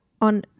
on